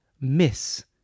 miss